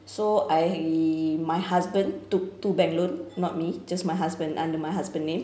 so I my husband took two bank loan not me just my husband under my husband name